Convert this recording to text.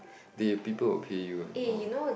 the people will pay you one oh